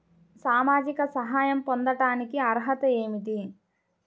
సామాజిక సహాయం పొందటానికి అర్హత ఏమిటి?